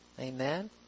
Amen